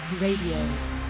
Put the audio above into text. Radio